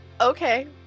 okay